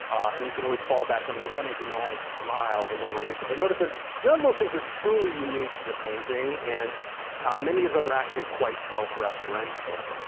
and you can always fall back on the enigmatic smile of the mona lisa. but notice that none of those things are truly unique to the painting and many of them are actually quite self-referential.